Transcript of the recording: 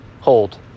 hold